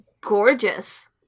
gorgeous